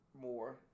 more